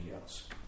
else